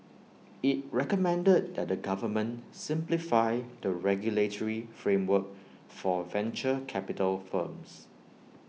IT recommended that the government simplify the regulatory framework for venture capital firms